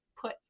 put